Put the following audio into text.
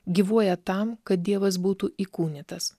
gyvuoja tam kad dievas būtų įkūnytas